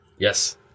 Yes